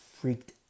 freaked